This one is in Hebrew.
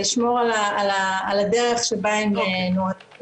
לשמור על הדרך שבה הם נוהגים.